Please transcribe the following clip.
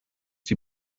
die